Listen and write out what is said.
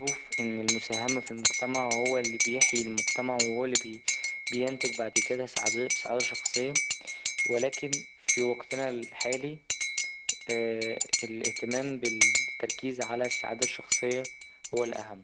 بشوف إن المساهمة في المجتمع هو اللي بيحيي المجتمع وهو اللي بينتج بعد كده سعد ـ سعاـ سعادة شخصية ولكن في وقتنا الحالي الإهتمام بالتركيز على السعادة الشخصية هو الأهم.